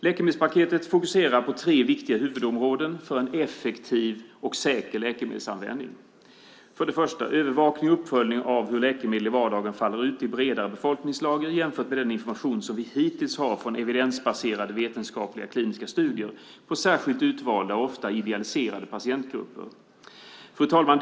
Läkemedelspaketet fokuserar på tre viktiga huvudområden för en effektiv och säker läkemedelsanvändning. För det första handlar det om övervakning och uppföljning av hur användningen av läkemedel i vardagen faller ut i bredare befolkningslager jämfört med den information som vi hittills har från evidensbaserade, vetenskapliga, kliniska studier på särskilt utvalda och ofta idealiserade patientgrupper. Fru talman!